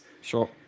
Sure